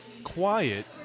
Quiet